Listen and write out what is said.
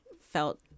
felt